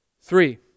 Three